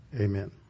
Amen